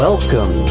Welcome